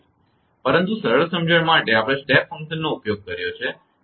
પરંતુ સરળ સમજણ માટે આપણે સ્ટેપ ફંક્શનનો ઉપયોગ કર્યો છે